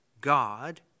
God